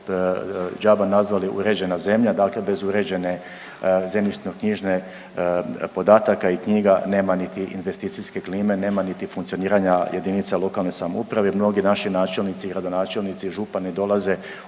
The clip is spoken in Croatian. smo džaba nazvali uređena zemlja, dakle bez uređene zemljišno-knjižne podataka i knjiga nema niti investicijske klime, nema niti funkcioniranja jedinica lokalne samouprave. Mnogi naši načelnici i gradonačelnici i župani dolaze